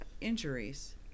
injuries